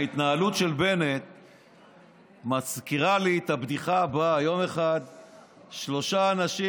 ההתנהלות של בנט מזכירה לי את הבדיחה הבאה: יום אחד שלושה אנשים,